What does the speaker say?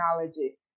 technology